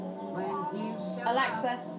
Alexa